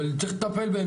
צריך לטפל בהם.